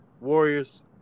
Warriors